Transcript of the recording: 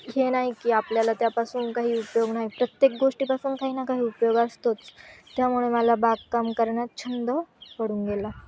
हे नाही की आपल्याला त्यापासून काही उपयोग नाही प्रत्येक गोष्टीपासून काही ना काही उपयोग असतोच त्यामुळे मला बागकाम करण्यात छंद पडून गेला